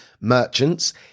merchants